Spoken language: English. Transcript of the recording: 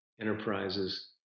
enterprises